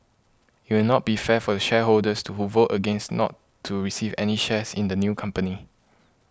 it will not be fair for the shareholders to who vote against not to receive any shares in the new company